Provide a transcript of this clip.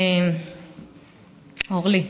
אורלי,